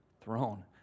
Throne